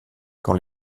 quand